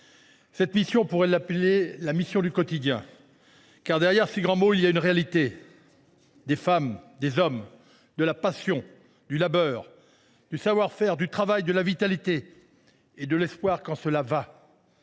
cette mission la mission du quotidien. Derrière ces grands mots, il y a en effet une réalité : des femmes, des hommes, de la passion, du labeur, du savoir faire, du travail, de la vitalité et de l’espoir quand cela va